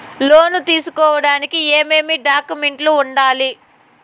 లోను తీసుకోడానికి ఏమేమి డాక్యుమెంట్లు ఉండాలి